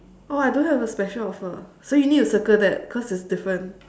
oh I don't have a special offer so you need to circle that cause it's different